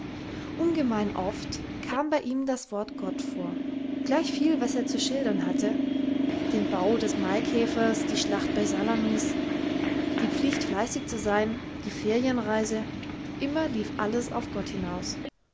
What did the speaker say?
ungemein oft kam bei ihm das wort gott vor gleichviel was er zu schildern hatte den bau des maikäfers die schlacht bei salamis die pflicht fleißig zu sein die ferienreise immer lief alles auf gott hinaus